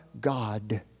God